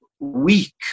Weak